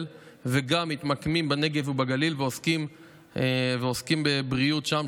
וגם מתמקמים בנגב ובגליל ועוסקים בבריאות שם,